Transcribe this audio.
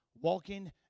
walking